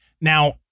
Now